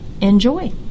enjoy